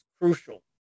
crucial